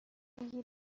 بوی